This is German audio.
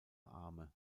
arme